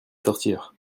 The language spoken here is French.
sortir